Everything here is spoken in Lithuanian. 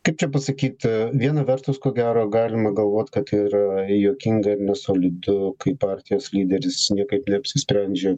kaip čia pasakyt viena vertus ko gero galima galvot kad tai yra juokinga ir nesolidu kai partijos lyderis niekaip neapsisprendžia